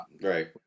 Right